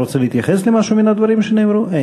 אתה רוצה להתייחס למשהו מהדברים שנאמרו כאן?